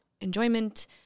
enjoyment